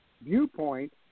Viewpoint